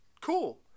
Cool